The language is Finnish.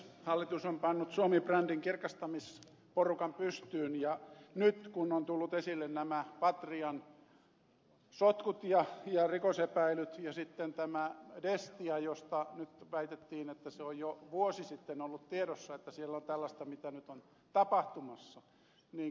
hallitus on pannut suomi brändin kirkastamisporukan pystyyn ja nyt kun ovat tulleet esille nämä patrian sotkut ja rikosepäilyt ja sitten tämä destia josta nyt väitettiin että se on jo vuosi sitten ollut tiedossa että siellä on tällaista mitä nyt on tapahtumassa niin kysyn